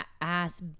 ass